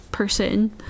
Person